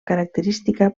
característica